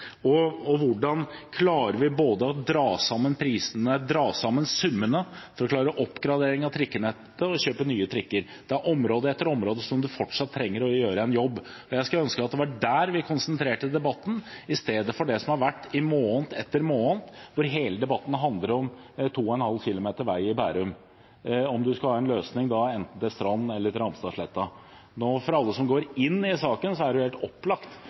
– og hvordan vi skal klare å dra sammen prisene, dra sammen summene, for å klare både å oppgradere trikkenettet og å kjøpe nye trikker. Det er område etter område der det fortsatt trengs å gjøre en jobb, og jeg skulle ønske at det var det vi konsentrerte debatten om, i stedet for om det som debatten har handlet om i måned etter måned, om 2,5 kilometer vei i Bærum – om en skal ha en løsning enten til Strand eller til Ramstadsletta. For alle som går inn i saken, er det helt opplagt